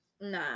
nah